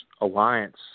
alliance